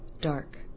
dark